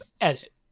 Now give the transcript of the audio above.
edit